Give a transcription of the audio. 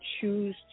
choose